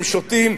הם שותים,